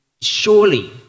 surely